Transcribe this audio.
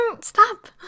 stop